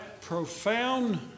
profound